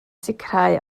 sicrhau